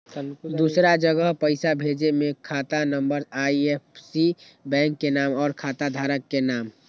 दूसरा जगह पईसा भेजे में खाता नं, आई.एफ.एस.सी, बैंक के नाम, और खाता धारक के नाम?